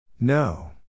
No